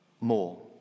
more